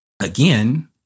Again